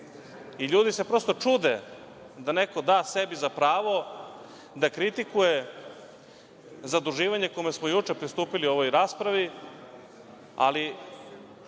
LJudi se prosto čude da neko da sebi za pravo da kritikuje zaduživanje kome smo juče pristupili u ovoj raspravi, ali